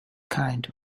kind